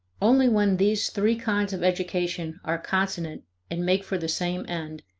only when these three kinds of education are consonant and make for the same end,